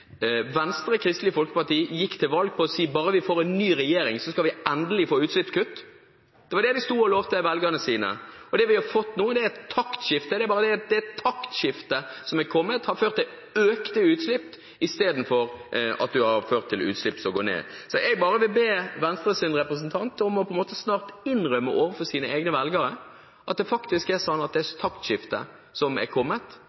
Venstre og Kristelig Folkeparti gikk til valg på å si at bare vi får en ny regjering, skal vi endelig få utslippskutt. Det var det de sto og lovte velgerne sine. Det vi har fått nå, er et taktskifte som har ført til økte utslipp i stedet for at utslippene går ned. Så jeg vil bare be Venstres representant om snart å innrømme overfor egne velgere at det faktisk er sånn at det taktskiftet som har kommet,